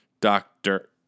doctor